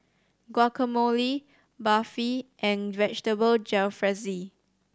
Guacamole Barfi and Vegetable Jalfrezi